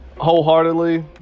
Wholeheartedly